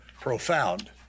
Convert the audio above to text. profound